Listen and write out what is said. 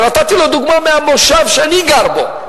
ונתתי לו דוגמה מהמושב שאני גר בו.